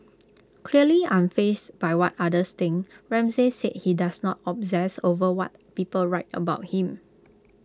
clearly unfazed by what others think Ramsay said he does not obsess over what people write about him